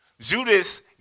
Judas